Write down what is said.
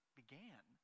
began